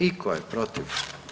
I tko je protiv?